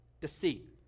deceit